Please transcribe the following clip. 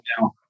now